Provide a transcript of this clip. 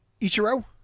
Ichiro